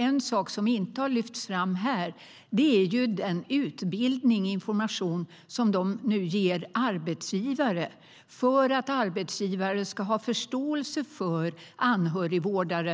En sak som inte har lyfts fram här är den utbildning i information som de nu ger arbetsgivare för att arbetsgivare ska få förståelse för de anställda anhörigvårdarna